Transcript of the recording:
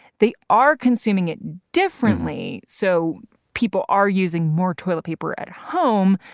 they are consuming it differently. so people are using more toilet paper at home,